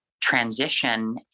transition